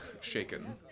shaken